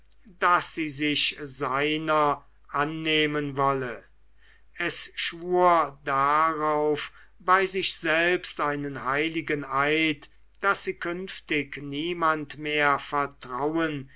daß sie sich seiner annehmen wolle es schwur darauf bei sich selbst einen heiligen eid daß sie künftig niemand mehr vertrauen